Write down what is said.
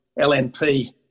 LNP